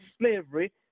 slavery